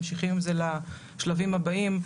ממשיכים עם זה לשלבים הבאים.